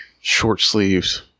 short-sleeves